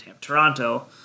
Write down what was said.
Toronto